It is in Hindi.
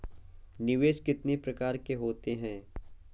निवेश कितनी प्रकार के होते हैं?